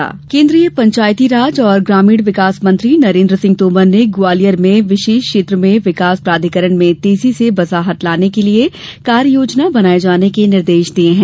तोमर केन्द्रीय पंचायती राज और ग्रामीण विकास मंत्री नरेन्द्र सिंह तोमर ने ग्वालियर में विशेष क्षेत्र में विकास प्राधिकारण में तेजी से बसाहट लाने के लिये कार्य योजना बनाये जाने के निर्देश दिये हैं